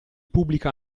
pubblica